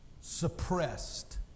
suppressed